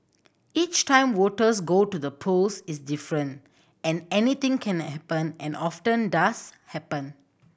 each time voters go to the polls is different and anything can and happen and often does happen